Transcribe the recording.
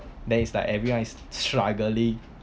then is like everyone is struggling